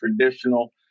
traditional